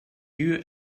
you